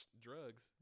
drugs